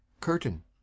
curtain